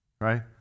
right